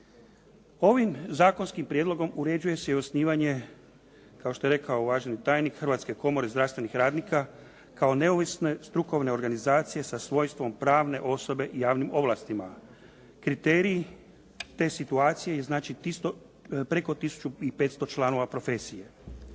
Ovim zakonskim prijedlogom uređuje se i osnivanje, kao što je rekao uvaženi tajnik, Hrvatske komore zdravstvenih radnika kao neovisne strukovne organizacije sa svojstvom pravne osobe i javnim ovlastima. Kriteriji te situacije i znači preko 1500 članova profesije.